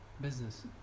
Business